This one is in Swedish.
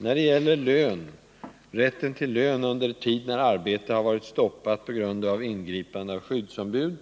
När det gäller rätten till lön under den tid ett arbete har stoppats på grund av ingripande av skyddsombud